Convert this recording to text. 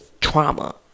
trauma